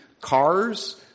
cars